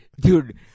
dude